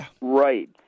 Right